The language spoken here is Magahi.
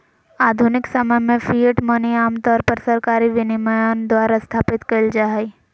आधुनिक समय में फिएट मनी आमतौर पर सरकारी विनियमन द्वारा स्थापित कइल जा हइ